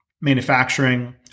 manufacturing